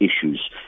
issues